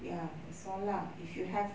ya that's all lah if you have